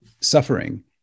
suffering